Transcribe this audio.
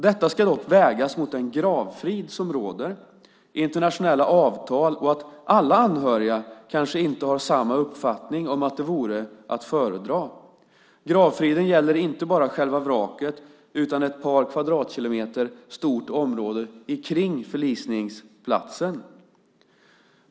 Detta ska dock vägas mot den gravfrid som råder, internationella avtal och att kanske inte alla anhöriga har uppfattningen att det vore att föredra. Gravfriden gäller inte bara själva vraket utan också ett par kvadratkilometer stort område runt förlisningsplatsen.